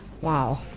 Wow